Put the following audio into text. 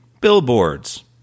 billboards